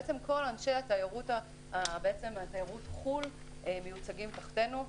בעצם כל אנשי התיירות חו"ל מיוצגים תחתינו.